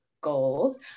goals